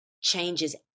changes